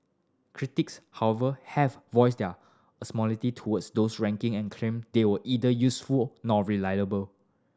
critics however have voiced their animosity towards those ranking and claim they were either useful nor reliable